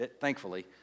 thankfully